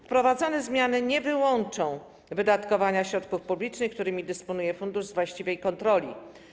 Wprowadzone zmiany nie wyłączą wydatkowania środków publicznych, którymi dysponuje fundusz, z właściwej kontroli.